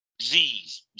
Zs